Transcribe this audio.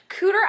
Cooter